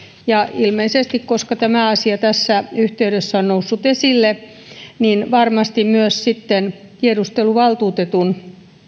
ja ilmeisesti koska tämä asia tässä yhteydessä on noussut esille varmasti myös tiedusteluvaltuutetun